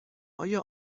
آیا